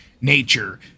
nature